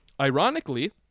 Ironically